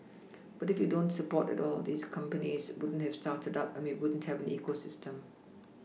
but if you don't support at all these companies wouldn't have started up and we wouldn't have an ecosystem